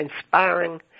inspiring